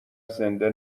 زنده